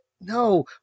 No